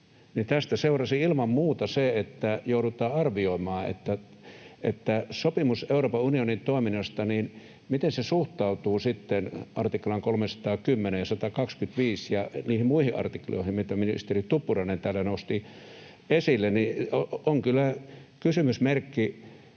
tästä seurasi ilman muuta se, että joudutaan arvioimaan, miten sopimus Euroopan unionin toiminnasta suhtautuu sitten artikloihin 310 ja 125 ja niihin muihin artikloihin, mitä ministeri Tuppurainen täällä nosti esille — on kyllä kysymysmerkki